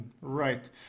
Right